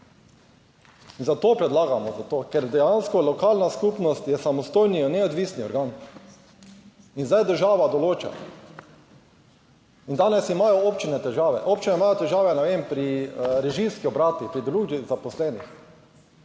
Zato predlagamo, ker dejansko lokalna skupnost je samostojni in neodvisni organ. In zdaj država določa. In danes imajo občine težave. Občine imajo težave, ne vem pri režijskih obratih, pri drugih zaposlenih,